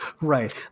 Right